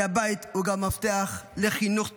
כי הבית הוא גם מפתח לחינוך טוב,